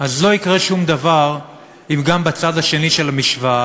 אז לא יקרה שום דבר אם גם בצד השני של המשוואה